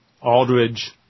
Aldridge